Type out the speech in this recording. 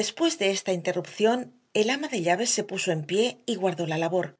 después de esta interrupción el ama de llaves se puso en pie y guardó la labor